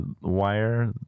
wire